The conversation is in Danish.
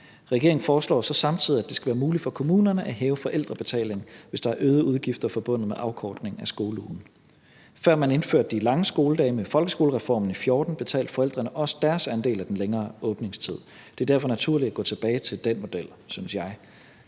Regeringen foreslår så samtidig, at det skal være muligt for kommunerne at hæve forældrebetalingen, hvis der er øgede udgifter forbundet med afkortningen af skoleugen. Før man indførte de lange skoledage med folkeskolereformen i 2014, betalte forældrene også deres andel af den længere åbningstid. Det er derfor naturligt at gå tilbage til den model, synes jeg,